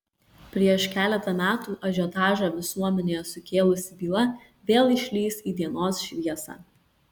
prieš keletą metų ažiotažą visuomenėje sukėlusi byla vėl išlįs į dienos šviesą